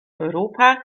europa